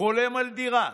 חולם על דירה,